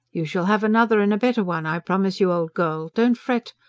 you shall have another and a better one, i promise you, old girl don't fret.